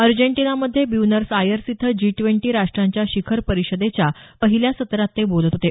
अर्जेंटिनामध्ये Buenos Aires इथं G twenty राष्ट्रांच्या शिखर परिषदेच्या पहिल्या सत्रात ते बोलत होते